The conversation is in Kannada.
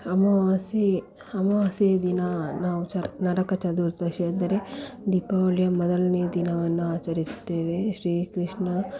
ಅಮಾವಾಸ್ಯೆ ಅಮಾವಾಸ್ಯೆಯ ದಿನ ನಾವು ಚರ್ ನರಕ ಚತುರ್ದಶಿ ಎಂದರೆ ದೀಪಾವಳಿಯ ಮೊದಲನೇ ದಿನವನ್ನು ಆಚರಿಸುತ್ತೇವೆ ಶ್ರೀಕೃಷ್ಣ